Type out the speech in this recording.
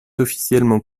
officiellement